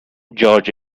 george